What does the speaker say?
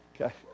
Okay